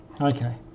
Okay